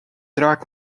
draak